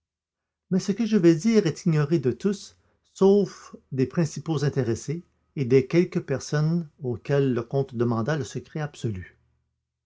mais ce que je vais dire est ignoré de tous sauf des principaux intéressés et de quelques personnes auxquelles le comte demanda le secret absolu